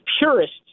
purists